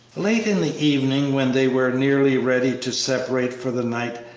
late in the evening, when they were nearly ready to separate for the night,